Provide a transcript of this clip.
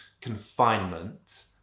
confinement